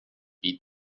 beat